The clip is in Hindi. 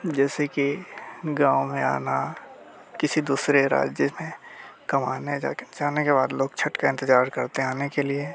जैसे कि गाँव में आना किसी दूसरे राज्य में कमाने जाने के बाद लोग छठ का इंतजार करते हैं आने के लिए